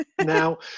now